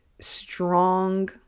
strong